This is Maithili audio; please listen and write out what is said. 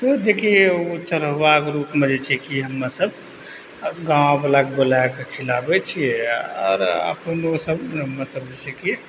उ जेकि उ चढ़ाबाके रूपमे जे छै की हमर सब गाँववला के बुलाके खिलाबै छियै आओर अपनो सब जे छै की